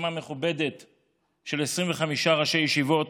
רשימה מכובדת של 25 ראשי ישיבות,